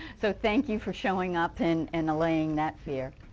so thank you for showing up and and allaying that fear.